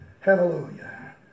Hallelujah